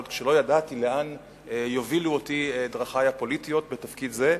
עוד כשלא ידעתי לאן יובילו אותי דרכי הפוליטיות בתפקיד זה,